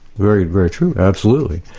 very, very true. absolutely.